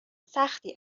سختی